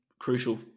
crucial